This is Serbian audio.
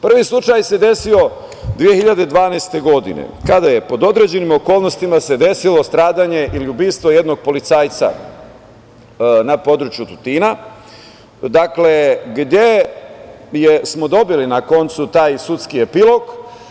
Prvi slučaj se desio 2012. godine kada se pod određenim okolnostima desilo stradanje ili ubistvo jednog policajca na području Tutina, gde smo dobili na koncu taj sudski epilog.